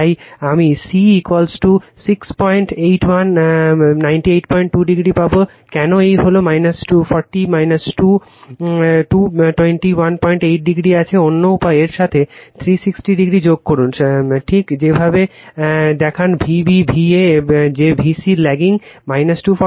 তাই আমি c 681 982o পাব কেন এই হল 240 2 218o আছে অন্য উপায়ে এর সাথে 360o যোগ করুন ঠিক যেভাবে দেখান vb va যে vc ল্যাগিং 240o